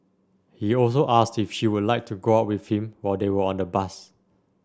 he also asked if she would like to go out with him while they were on the bus